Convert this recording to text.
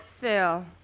Phil